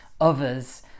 others